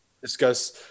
Discuss